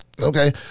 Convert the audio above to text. Okay